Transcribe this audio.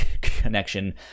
connection